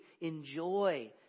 enjoy